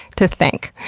to thank.